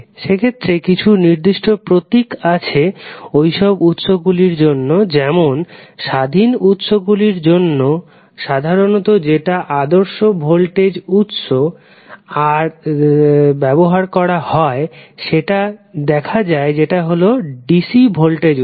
সেক্ষেত্রে কিছু নির্দিষ্ট প্রতীক আছে ওইসব উৎস গুলির জন্য যেমন স্বাধীন উৎস গুলির জন্য সধারানত যেটা আদর্শ ভোল্টেজ উৎস আর জন্য ব্যবহার হয় সেটা দেখা যায় যেটা হলো dc ভোল্টেজ উৎস